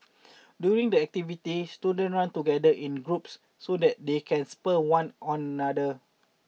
during the activity student run together in groups so that they can spur one on other